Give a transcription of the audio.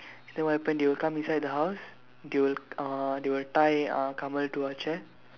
then what happen they will come inside the house they will uh they will tie uh Kamal to a chair